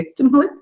victimhood